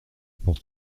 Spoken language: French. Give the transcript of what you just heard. pour